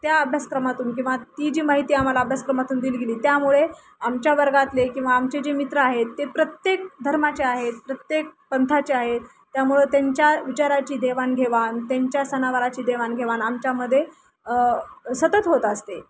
त्या अभ्यासक्रमातून किंवा ती जी माहिती आम्हाला अभ्यासक्रमातून दिली गेली त्यामुळे आमच्या वर्गातले किंवा आमचे जे मित्र आहेत ते प्रत्येक धर्माचे आहेत प्रत्येक पंथाचे आहेत त्यामुळं त्यांच्या विचाराची देवाणघेवाण त्यांच्या सणावाराची देवाणघेवाण आमच्यामध्ये सतत होत असते